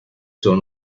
son